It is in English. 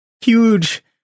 huge